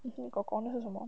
那个 kor kor 是什么